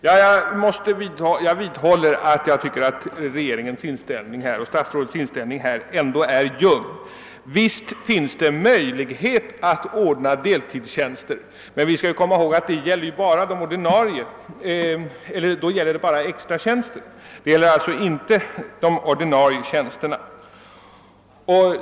Jag vidhåller emellertid att regeringens och statsrådet Löfbergs inställning är ljum. Visst finns det möjlighet att ordna deltidstjänster, men vi skall komma ihåg att det gäller enbart extra tjänster och inte de ordinarie tjänsterna.